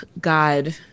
God